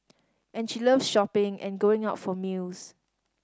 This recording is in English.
and she loves shopping and going out for meals